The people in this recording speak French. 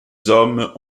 hommes